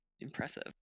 impressive